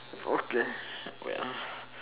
okay wait ah